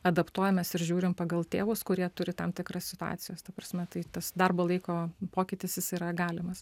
adaptuojamės ir žiūrim pagal tėvus kurie turi tam tikrą situacijos ta prasme tai tas darbo laiko pokytis jis yra galimas